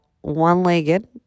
one-legged